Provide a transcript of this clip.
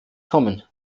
kommen